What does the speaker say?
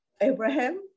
Abraham